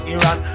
Iran